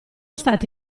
stati